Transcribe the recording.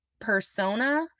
persona